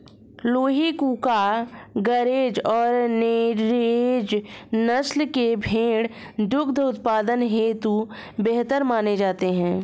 लूही, कूका, गरेज और नुरेज नस्ल के भेंड़ दुग्ध उत्पादन हेतु बेहतर माने जाते हैं